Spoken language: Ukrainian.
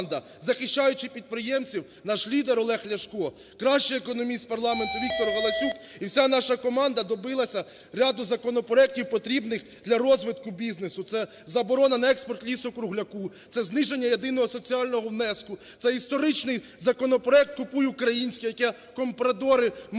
захищаючи підприємців, наш лідер Олег Ляшко, кращий економіст парламенту Віктор Галасюк і вся наша команда добилася ряду законопроектів, потрібних для розвитку бізнесу: це заборона на експорт лісу-кругляку, це зниження єдиного соціального внеску, це історичний законопроект "Купуй українське", яке компрадори-маріонетки,